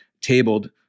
tabled